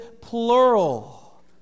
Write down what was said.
plural